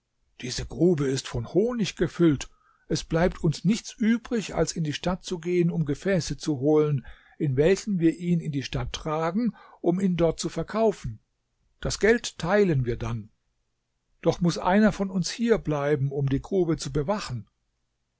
diese grube ist von honig gefüllt es bleibt uns nichts übrig als in die stadt zu gehen um gefäße zu holen in welchen wir ihn in die stadt tragen um ihn dort zu verkaufen das geld teilen wir dann doch muß einer von uns hier bleiben um die grube zu bewachen